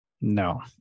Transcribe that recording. No